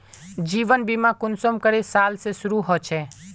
जीवन बीमा कुंसम करे साल से शुरू होचए?